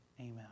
Amen